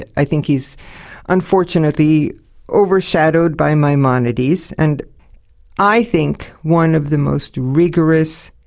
ah i think he's unfortunately overshadowed by maimonides, and i think one of the most rigorous,